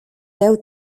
beu